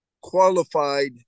qualified